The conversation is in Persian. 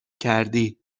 کردی